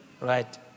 right